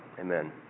Amen